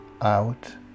out